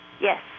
Yes